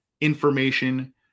information